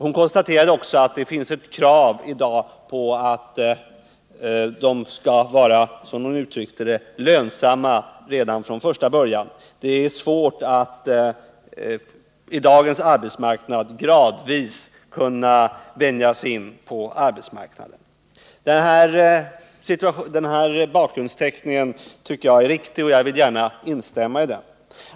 Hon konstaterade också att det finns ett krav på att ungdomarna skall vara, som hon uttryckte det, lönsamma redan från första början. Det är numera svårt att kunna gradvis vänjas in på arbetsmarknaden. Den bakgrundsteckningen tycker jag är riktig, och jag vill gärna instämma i den.